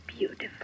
Beautiful